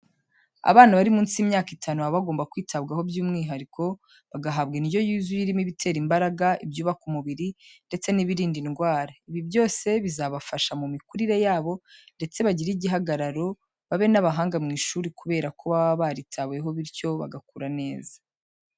Abana bari munsi y'imyaka itanu baba bagomba kwitabwaho byumwihariko, bagahabwa indyo yuzuye irimo ibitera imbaraga, ibyubaka umubiri ndetse n'ibirinda indwara. Ibi byose bizabafasha mu mikurire yabo ndetse bagire igihagararo babe n'abahanga mu ishuri kubera ko baba baritaweho bityo bagakura neza.